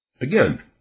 Again